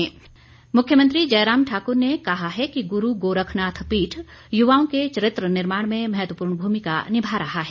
मुख्यमंत्री मुख्यमंत्री जयराम ठाकुर ने कहा है कि गुरू गोरखनाथ पीठ युवाओं के चरित्र निर्माण में महत्वपूर्ण भूमिका निभा रहा है